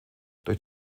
durch